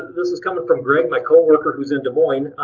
this is coming from greg, my coworker who's in des moines,